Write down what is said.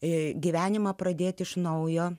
ir gyvenimą pradėti iš naujo